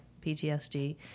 PTSD